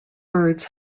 birds